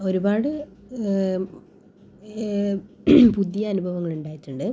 ഒരുപാട് പുതിയ അനുഭവങ്ങൾ ഉണ്ടായിട്ടുണ്ട്